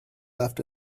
left